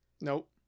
Nope